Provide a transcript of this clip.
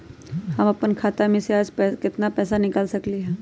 हम अपन खाता में से आज केतना पैसा निकाल सकलि ह?